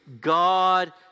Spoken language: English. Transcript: God